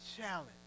challenge